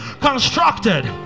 constructed